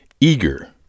eager